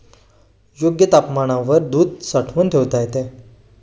योग्य तापमानावर दूध साठवून ठेवता येते